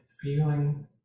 feeling